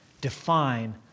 Define